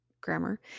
grammar